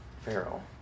Pharaoh